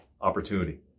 opportunity